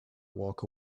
walk